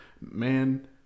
man